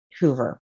Hoover